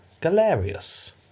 Galerius